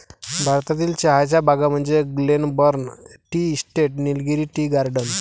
भारतातील चहाच्या बागा म्हणजे Glenburn tea estate, Nilgiri tea garden